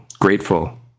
grateful